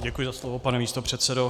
Děkuji za slovo, pane místopředsedo.